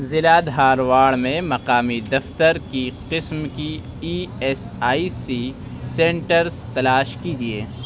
ضلع دھارواڑ میں مقامی دفتر کی قسم کی E S I C centres تلاش کیجیے